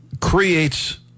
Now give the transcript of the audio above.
creates